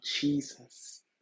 Jesus